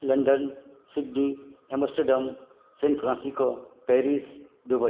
London Sydney Amsterdam San Francisco Paris Dubai